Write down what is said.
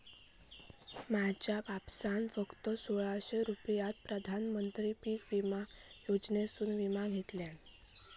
माझ्या बापसान फक्त सोळाशे रुपयात प्रधानमंत्री पीक विमा योजनेसून विमा घेतल्यान